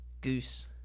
Goose